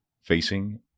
facing